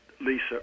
Lisa